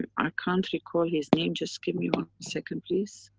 i can't recall his name, just give me one second please.